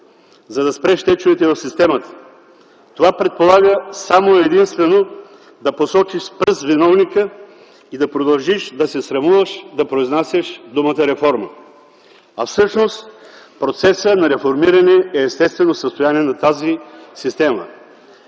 за да спреш течовете в системата. Това предполага само и единствено да посочиш с пръст виновника и да продължиш да се срамуваш да произнасяш думата „реформа”, а всъщност процесът на реформиране е естествено състояние на тази система.